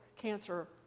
cancer